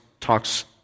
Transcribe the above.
talks